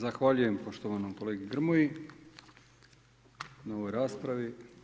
Zahvaljujem poštovanom kolegi Grmoji na ovoj raspravi.